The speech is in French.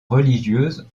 religieuse